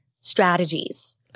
strategies